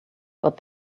but